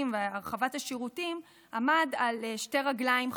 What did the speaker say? והרחבת השירותים עמד על שתי רגליים חשובות.